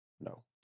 No